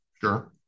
Sure